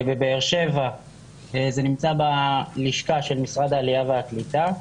בבאר שבע זה נמצא בלשכה של משרד העלייה והקליטה.